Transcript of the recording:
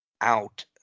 out